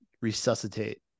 resuscitate